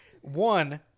one